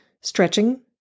stretching